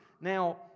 Now